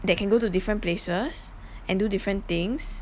that can go to different places and do different things